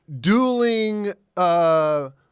dueling –